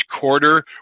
quarter